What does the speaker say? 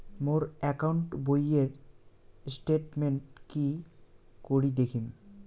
মোর account বইয়ের statement কি করি দেখিম?